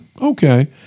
okay